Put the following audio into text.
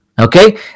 Okay